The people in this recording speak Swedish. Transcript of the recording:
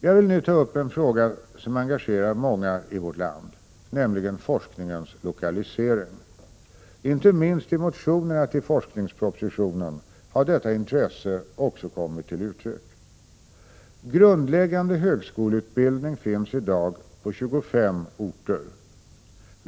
Jag vill nu ta upp en fråga som engagerar många i vårt land, nämligen forskningens lokalisering. Inte minst i de motioner som väckts i anledning av forskningspropositionen har detta intresse också kommit till uttryck. Grundläggande högskoleutbildning finns i dag på 25 orter.